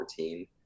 2014